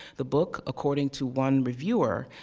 the book, according to one reviewer,